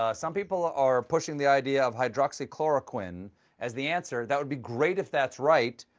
ah some people are pushing the idea of hydroxychloroquine as the answer. that would be great if that's right.